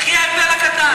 יחי ההבדל הקטן.